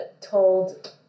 told